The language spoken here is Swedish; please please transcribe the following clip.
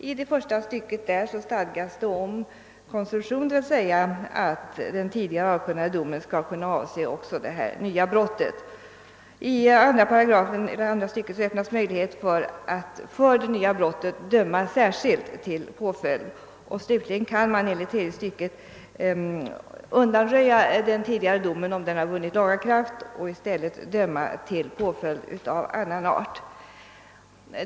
I första stycket där stadgas det om konsumtion, d.v.s. att tidigare avkunnad dom skall kunna avse även nya brott. I andra stycket öppnas möjlighet att för det nya brottet döma särskilt till påföljd. Slutligen kan man enligt tredje stycket undanröja den tidigare domen, om den har vunnit laga kraft, och i stället döma till påföljd av annan art.